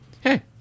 hey